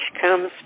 comes